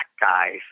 guys